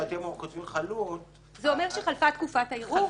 כשאתם כותבים "חלוט" --- זה אומר שחלפה תקופת הערעור,